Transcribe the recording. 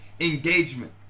engagement